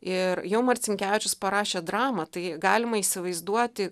ir jau marcinkevičius parašė dramą tai galima įsivaizduoti